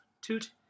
Toot